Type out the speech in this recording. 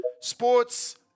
Sports